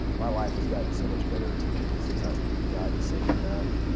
my life has gotten so much better since i've gotten satan back.